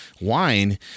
wine